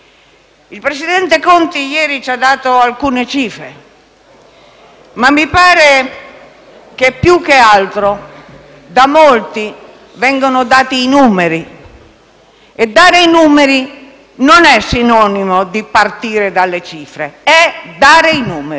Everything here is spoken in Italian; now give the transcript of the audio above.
Il presidente Conte ieri ci ha dato alcune cifre, ma mi pare che più che altro da molti vengano dati i numeri e dare i numeri non è sinonimo di partire dalle cifre: è dare i numeri.